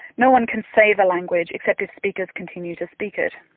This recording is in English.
no one can save a language except if speakers continue to speak it.